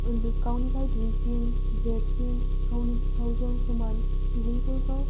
उन्दै गावनिफ्राय दुइसिन देरसिन गावनि गावजों समान सुबुंफोरखौ